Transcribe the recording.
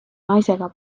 naisega